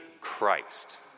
Christ